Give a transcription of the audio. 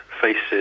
faces